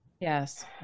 Yes